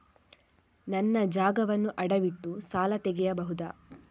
ನನ್ನ ಜಾಗವನ್ನು ಅಡವಿಟ್ಟು ಸಾಲ ತೆಗೆಯಬಹುದ?